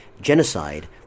genocide